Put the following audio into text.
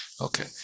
Okay